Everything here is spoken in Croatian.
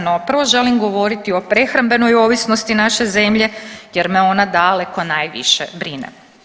No, prvo želim govoriti o prehrambenoj ovisnosti naše zemlje, jer me ona daleko najviše brine.